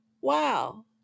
wow